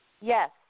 Yes